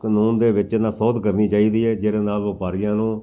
ਕਾਨੂੰਨ ਦੇ ਵਿੱਚ ਨਾ ਸੋਧ ਕਰਨੀ ਚਾਹੀਦੀ ਹੈ ਜਿਹਦੇ ਨਾਲ ਵਪਾਰੀਆਂ ਨੂੰ